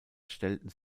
stellten